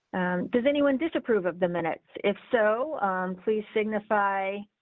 does anyone disapprove of the minutes if so please signify.